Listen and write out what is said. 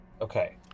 Okay